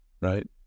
right